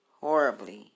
horribly